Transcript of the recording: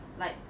like